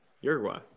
Uruguay